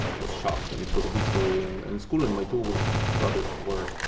ah was shocked and it was a big story in, in school. and my two brothers were,